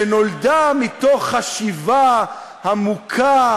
שנולדה מתוך חשיבה עמוקה,